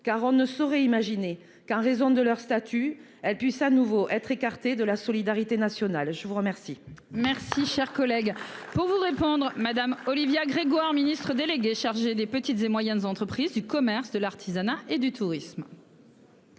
car on ne saurait imaginer qu'en raison de leur statut elle puissent à nouveau être écarté de la solidarité nationale. Je vous remercie. Merci cher collègue. Pour vous répondre madame Olivia Grégoire Ministre délégué chargé des petites et moyennes entreprises, du commerce, de l'artisanat et du tourisme.--